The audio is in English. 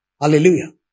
Hallelujah